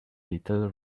little